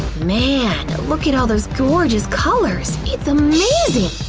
man, look at all those gorgeous colors! it's amazing!